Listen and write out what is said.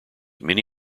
many